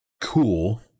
cool